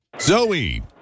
Zoe